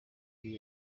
ngiyi